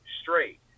straight